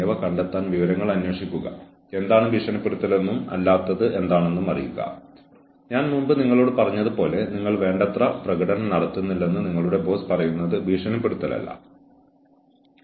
കൂടാതെ എന്നിട്ടും ജീവനക്കാരൻ മെച്ചപ്പെടുന്നില്ലെങ്കിൽ തീർച്ചയായും നിങ്ങൾ അവളെ അല്ലെങ്കിൽ അവനെ ജോലിയിൽ നിന്ന് പിരിച്ചുവിടാനുള്ള വളരെ ബുദ്ധിമുട്ടുള്ള തീരുമാനം എടുക്കേണ്ടി വന്നേക്കാം